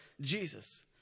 Jesus